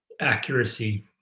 accuracy